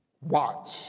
Watch